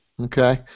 Okay